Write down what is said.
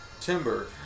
Timber